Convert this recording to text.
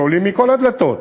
שעולים מכל הדלתות,